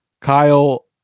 Kyle